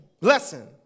lesson